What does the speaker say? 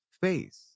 face